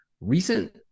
Recent